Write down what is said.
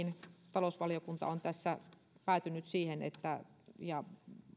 talousvaliokunta on tässä päätynyt siihen että ja